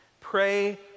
Pray